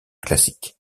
classique